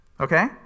okay